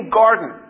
garden